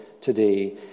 today